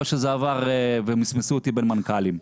או שזה עבר ומסמסו אותי בין מנכ"לים.